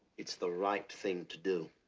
it's the right thing to do.